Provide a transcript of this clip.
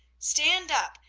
stand up,